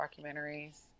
documentaries